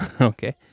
Okay